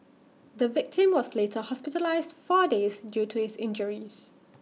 the victim was later hospitalised four days due to his injuries